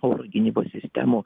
oro gynybos sistemų